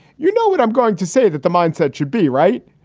you know what? i'm going to say that the mind set should be right.